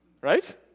right